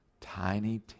Tiny